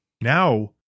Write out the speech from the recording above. Now